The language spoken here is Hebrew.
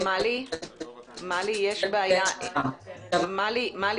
ועצם הפטור מהיטל השבחה לא